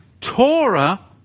Torah